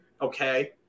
Okay